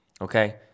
Okay